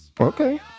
Okay